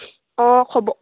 অঁ খবৰ